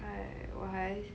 哎我还